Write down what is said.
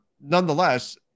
Nonetheless